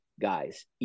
guys